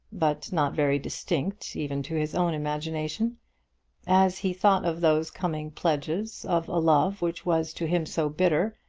but not very distinct even to his own imagination as he thought of those coming pledges of a love which was to him so bitter,